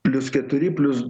plius keturi plius